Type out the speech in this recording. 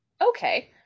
okay